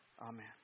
Amen